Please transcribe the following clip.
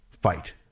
Fight